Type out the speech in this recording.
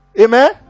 Amen